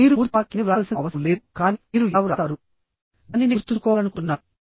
మీరు పూర్తి వాక్యాన్ని వ్రాయవలసిన అవసరం లేదు కానీ మీరు ఎలా వ్రాస్తారు దానిని గుర్తుంచుకోవాలనుకుంటున్నాను